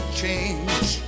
change